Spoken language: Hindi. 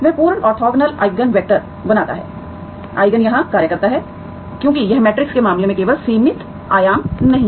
वह पूर्ण ऑर्थोगोनल आईगन वैक्टर बनाता है आईगन यहां कार्य करता है क्योंकि यह मैट्रिस के मामले में केवल सीमित आयाम नहीं है